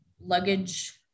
luggage